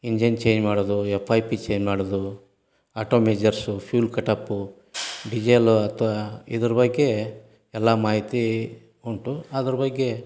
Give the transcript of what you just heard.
engine change ಮಾಡೋದು F I P change ಮಾಡೋದು auto measures fuel cut off diesel ಅಥವಾ ಇದರ ಬಗ್ಗೆ ಎಲ್ಲ ಮಾಹಿತಿ ಉಂಟು ಅದರ ಬಗ್ಗೆ